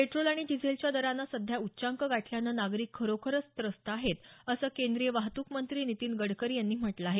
petrol आणि डिझेलच्या दरानं सध्या उच्चांक गाठल्यानं नागरिक खरोखरच त्रस्त आहेत असं केंद्रीय वाहतूक मंत्री नितीन गडकरी यांनी म्हटलं आहे